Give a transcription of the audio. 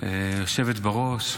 היושבת בראש,